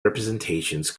representations